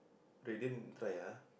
radiant try lah ah